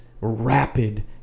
rapid